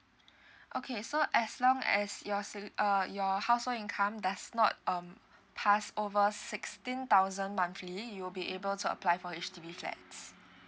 okay so as long as your sa~ uh your household income does not um pass over sixteen thousand monthly you'll be able to apply for H_D_B flats